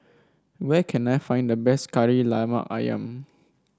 where can I find the best Kari Lemak ayam